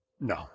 No